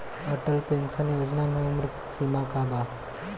Atal pension Yojana मे उम्र सीमा का बा?